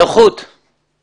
נוחות בספירה.